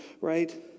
right